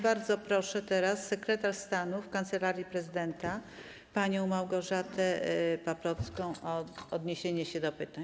Bardzo proszę, teraz sekretarz stanu w Kancelarii Prezydenta panią Małgorzatę Paprocką o odniesienie się do pytań.